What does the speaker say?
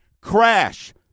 crash